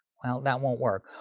well that won't work.